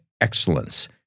excellence